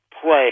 play